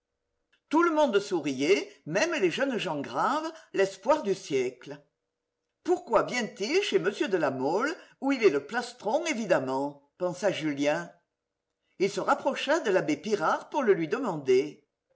tout le monde souriait même les jeunes gens graves l'espoir du siècle pourquoi vient-il chez m de la mole où il est le plastron évidemment pensa julien il se rapprocha de l'abbé pirard pour le lui demander